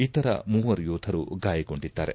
ಇತರ ಮೂವರು ಯೋಧರು ಗಾಯಗೊಂಡಿದ್ದಾರೆ